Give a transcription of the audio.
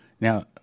Now